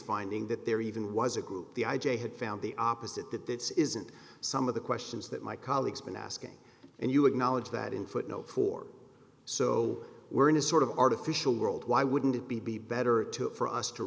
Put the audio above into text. finding that there even was a group the i j a had found the opposite that this isn't some of the questions that my colleagues been asking and you acknowledge that in footnote four so we're in a sort of artificial world why wouldn't it be better to for us to